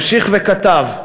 המשיך וכתב: